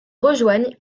rejoignent